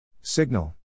Signal